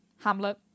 Hamlet